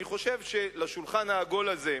אני חושב שלשולחן העגול הזה,